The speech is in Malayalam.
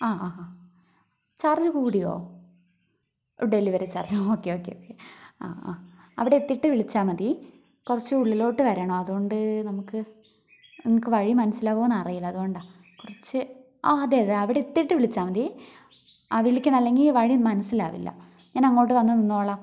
ആ ആ ആ ചാർജ് കൂടിയോ delivery charge okay okay okay അവിടെ എത്തിയിട്ട് വിളിച്ചാൽ മതി കുറച്ച് ഉള്ളിലോട്ട് വരണം അതുകൊണ്ട് നമുക്ക് നിങ്ങൾക്ക് വഴി മനസ്സിലാവുമോയെന്നു അറിയില്ല അതുകൊണ്ടാണ് കുറച്ച് ആ അതെയതെ അവിടെ എത്തിട്ട് വിളിച്ചാൽ മതി ആ വിളിക്കണം അല്ലെങ്കി വഴി മനസ്സിലാവില്ല ഞാൻ അങ്ങോട്ടു വന്നു നിന്നോളാം